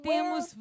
Temos